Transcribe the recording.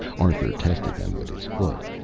arthur tested them with his foot.